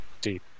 Deep